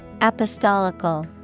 Apostolical